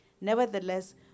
Nevertheless